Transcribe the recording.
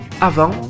avant